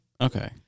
Okay